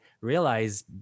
realize